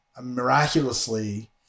miraculously